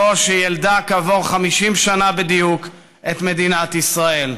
זו שיילדה כעבור 50 שנה בדיוק את מדינת ישראל.